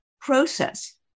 process